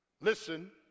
listen